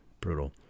brutal